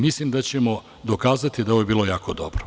Mislim da ćemo dokazati da je ovo bilo jako dobro.